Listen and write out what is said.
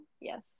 Yes